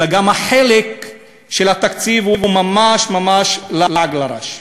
אלא גם החלק של התקציב הוא ממש ממש לעג לרש.